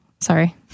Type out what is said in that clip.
sorry